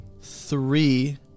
three